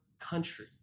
country